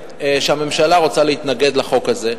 הממשלה רוצה להתנגד לחוק הזה,